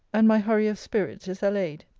and my hurry of spirits is allayed.